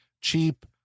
cheap